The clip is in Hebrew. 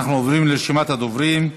אנחנו עוברים לרשימת הדוברים.